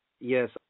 Yes